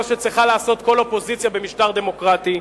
שצריכה לעשות כל אופוזיציה במשטר דמוקרטי: